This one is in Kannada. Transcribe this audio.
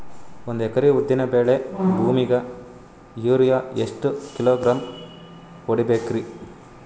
ಒಂದ್ ಎಕರಿ ಉದ್ದಿನ ಬೇಳಿ ಭೂಮಿಗ ಯೋರಿಯ ಎಷ್ಟ ಕಿಲೋಗ್ರಾಂ ಹೊಡೀಬೇಕ್ರಿ?